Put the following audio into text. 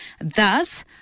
thus